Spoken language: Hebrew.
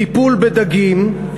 טיפול בדגים,